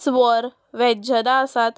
स्वर वेंजनां आसात